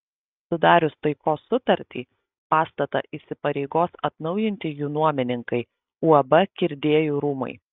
sudarius taikos sutartį pastatą įsipareigos atnaujinti jų nuomininkai uab kirdiejų rūmai